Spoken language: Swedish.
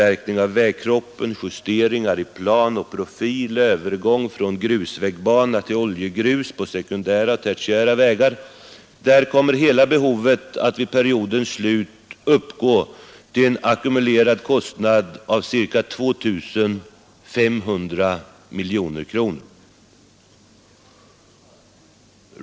vägkroppen, justeringar i plan och profil och övergång från grusvägbana till oljegrus på sekundära och tertiära vägar kommer hela behovet att vid periodens slut uppgå till en ackumulerad kostnad av ca 2 500 miljoner kronor.